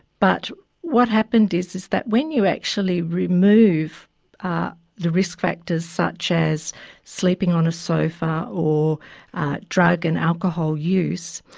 but what happened is is that when you actually remove the risk factors such as sleeping on a sofa or drug and alcohol use,